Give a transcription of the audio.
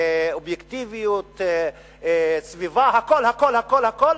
אובייקטיביות, סביבה, הכול הכול הכול הכול